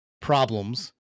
problems